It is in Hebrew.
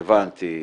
הבנתי.